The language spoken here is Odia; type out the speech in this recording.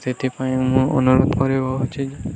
ସେଥିପାଇଁ ମୁଁ ଅନୁରୋଧ କରୁ ଅଛି ଯେ